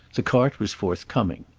the cart was forthcoming.